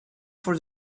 for